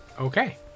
Okay